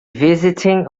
visiting